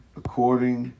according